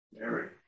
Mary